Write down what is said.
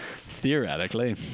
theoretically